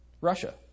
Russia